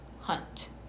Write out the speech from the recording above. Hunt